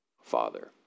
Father